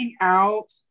out